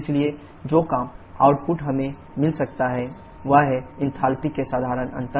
इसलिए जो काम आउटपुट हमें मिल सकता है वह है न्तल्पीज़ में साधारण अंतर